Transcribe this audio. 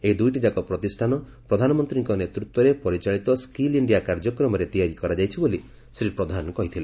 ଏହି ଦୁଇଟିଯାକ ପ୍ରତିଷ୍ଠାନ ପ୍ରଧାନମନ୍ତ୍ରୀଙ୍କ ନେତୃତ୍ୱରେ ପରିଚାଳିତ ସ୍କିଲ୍ ଇଣ୍ଡିଆ କାର୍ଯ୍ୟକ୍ରମରେ ତିଆରି କରାଯାଇଛି ବୋଲି ଶ୍ରୀ ପ୍ରଧାନ କହିଥିଲେ